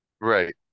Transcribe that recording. Right